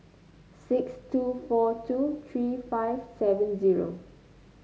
six two four two three five seven zero